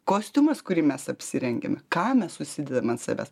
kostiumas kurį mes apsirengiame ką mes užsidedam ant savęs